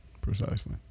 precisely